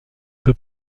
peu